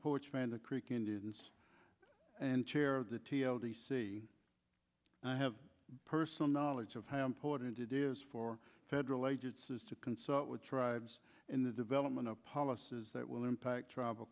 poets man the creek indians and chair of the t l d c and i have personal knowledge of how important it is for federal agents is to consult with tribes in the development of policies that will impact travel